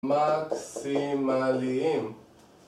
מק-סי-מא-לי-אים